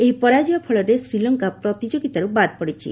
ଏହି ପରାଜୟ ଫଳରେ ଶ୍ରୀଲଙ୍କା ପ୍ରତିଯୋଗୀତାରୁ ବାଦ ପଡ଼ିଛି